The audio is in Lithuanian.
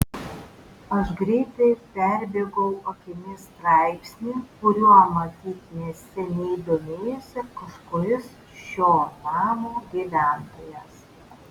aš greitai perbėgau akimis straipsnį kuriuo matyt neseniai domėjosi kažkuris šio namo gyventojas